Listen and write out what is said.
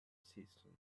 cistern